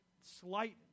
slight